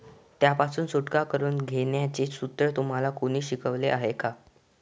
त्यापासून सुटका करून घेण्याचे सूत्र तुम्हाला कोणी शिकवले आहे का?